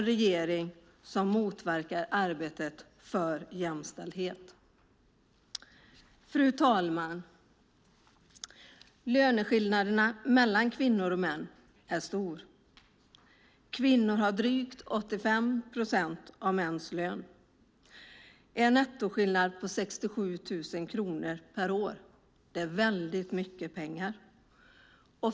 Regeringen motverkar arbetet för jämställdhet. Löneskillnaderna mellan kvinnor och män är stora. Kvinnor har drygt 85 procent av männens lön. Det är en nettoskillnad på 67 000 kronor per år. Det är mycket pengar.